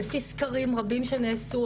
לפי סקרים רבים שנעשו,